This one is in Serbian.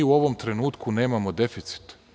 U ovom trenutku nemamo deficit.